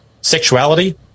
sexuality